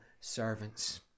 servants